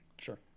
Sure